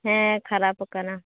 ᱦᱮᱸ ᱠᱷᱟᱨᱟᱯᱟᱠᱟᱱᱟ